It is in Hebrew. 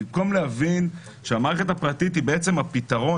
במקום להבין שהמערכת הפרטית היא הפתרון,